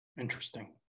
Interesting